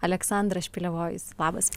aleksandras špiliavojus labas